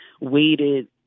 waited